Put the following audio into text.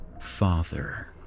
Father